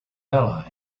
ally